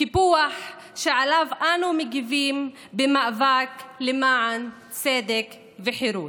קיפוח שעליו אנו מגיבים במאבק למען צדק וחירות.